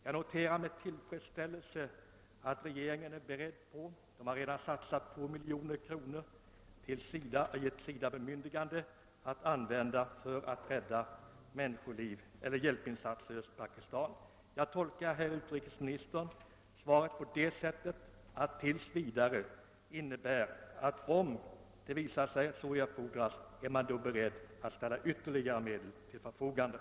Jag noterar med tillfredsställelse att regeringen är beredd att göra hjälpinsatser och att man redan har satsat 2 miljoner kronor och givit SIDA bemyndigande att använda medlen för att rädda människoliv och göra hjälpinsatser i Pakistan. Jag tolkar utrikesministerns svar så, att om det visar sig erforderligt är man beredd att ställa ytterligare medel till förfogande.